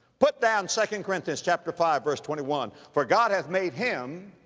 put down second corinthians chapter five verse twenty one, for god hath made him